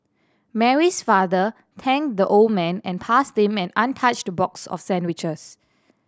Mary's father thanked the old man and passed him an untouched box of sandwiches